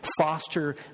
foster